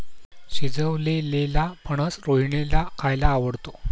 शिजवलेलेला फणस रोहिणीला खायला आवडतो